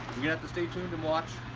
you have to stay tuned and watch.